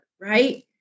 right